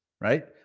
right